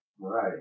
Right